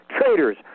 traitors